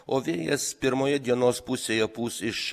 o vėjas pirmoje dienos pusėje pūs iš